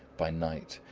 by night,